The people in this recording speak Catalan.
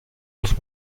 els